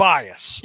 Bias